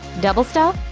double stuf?